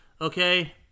Okay